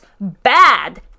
bad